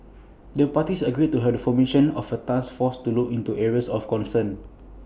the parties agreed to heard formation of A task force to look into areas of concern